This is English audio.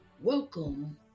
welcome